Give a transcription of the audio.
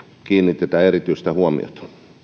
kiinnitetään erityistä huomiota